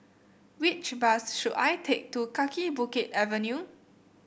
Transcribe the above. which bus should I take to Kaki Bukit Avenue